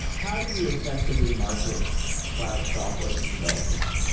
how do you effectively market cloud software to developers?